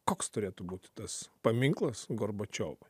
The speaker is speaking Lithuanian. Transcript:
koks turėtų būti tas paminklas gorbačiovui